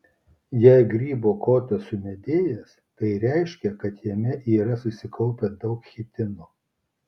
jei grybo kotas sumedėjęs tai reiškia kad jame yra susikaupę daug chitino